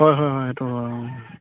হয় হয় হয় সেইটো হয় অঁ